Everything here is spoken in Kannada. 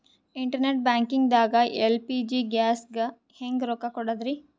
ಇಂಟರ್ನೆಟ್ ಬ್ಯಾಂಕಿಂಗ್ ದಾಗ ಎಲ್.ಪಿ.ಜಿ ಗ್ಯಾಸ್ಗೆ ಹೆಂಗ್ ರೊಕ್ಕ ಕೊಡದ್ರಿ?